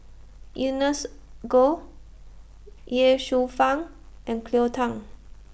Ernest Goh Ye Shufang and Cleo Thang